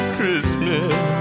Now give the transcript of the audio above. Christmas